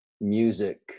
music